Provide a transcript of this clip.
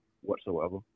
whatsoever